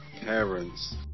parents